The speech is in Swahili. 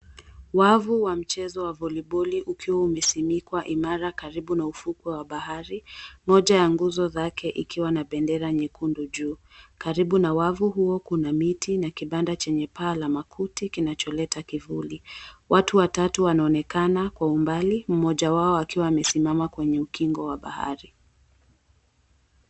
Wafu wa mchezo wa voliboli ukiwa umesinikwa imara karibu na uvuko wa bahari. Moja wa nguzo zake ikiwa na bendera nyekundu juu. Karibu na wafu huo kuna miti na kibanda chenye paa la makuti kinacholeta kivuli. Watu watatu wanaonekana kwa umbali, mmoja wao akiwa amesimama kwenye ukingo wa bahari.